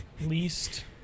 Least